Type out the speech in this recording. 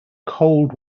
cold